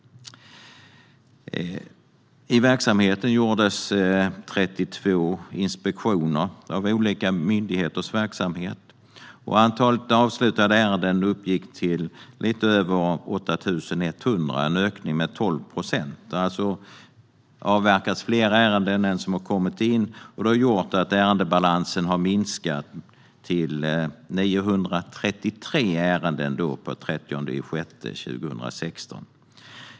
I verksamheten gjordes 32 inspektioner av olika myndigheters verksamheter. Antalet avslutade ärenden uppgick till lite över 8 100, en ökning med 12 procent. Det har alltså avverkats fler ärenden än vad som kommit in, och det har gjort att ärendebalansen har minskat till 933 ärenden per den 30 juni 2016.